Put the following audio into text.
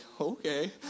okay